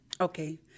Okay